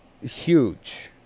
huge